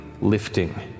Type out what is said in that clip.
lifting